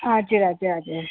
हजुर हजुर हजुर